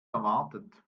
erwartet